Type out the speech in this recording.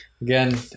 again